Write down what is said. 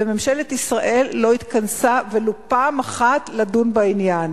ממשלת ישראל לא התכנסה ולו פעם אחת לדון בעניין.